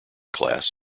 class